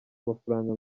amafaranga